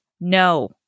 no